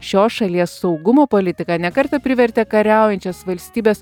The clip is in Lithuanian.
šios šalies saugumo politika ne kartą privertė kariaujančias valstybes